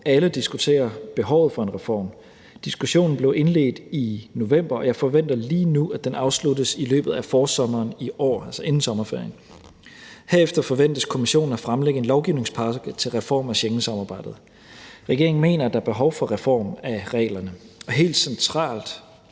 alle diskuterer behovet for en reform. Diskussionen blev indledt i november, og jeg forventer lige nu, at den afsluttes i løbet af forsommeren i år, altså inden sommerferien. Herefter forventes Kommissionen at fremlægge en lovgivningspakke til reform af Schengensamarbejdet. Regeringen mener, at der er behov for reform af reglerne, og helt centralt